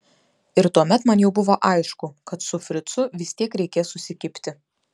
ir tuomet man jau buvo aišku kad su fricu vis tiek reikės susikibti